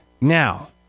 Now